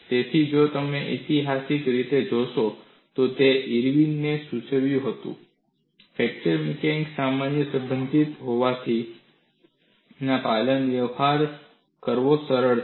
તેથી જો તમે ઈતિહાસિક રીતે જોશો તો તે ઇરવિને સૂચવ્યું હતું ફ્રેક્ચર મિકેનિક્સ સમસ્યાઓ સંબંધિત હોવાથી પાલન સાથે વ્યવહાર કરવો સરળ છે